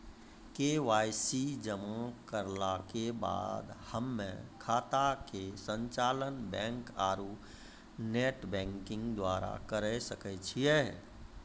KYC जमा करला के बाद हम्मय खाता के संचालन बैक आरू नेटबैंकिंग द्वारा करे सकय छियै?